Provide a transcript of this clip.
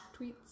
Tweets